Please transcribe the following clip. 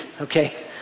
okay